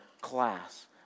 class